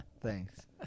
Thanks